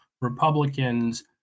Republicans